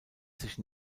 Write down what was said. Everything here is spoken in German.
sich